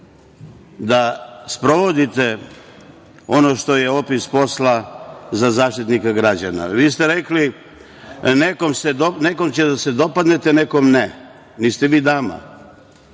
da sprovodite ono što je opis posla Zaštitnika građana. Vi ste rekli – nekom ćete da se dopadnete, nekom ne. Niste vi dama.